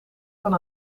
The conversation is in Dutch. van